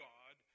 God